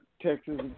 Texas